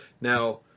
Now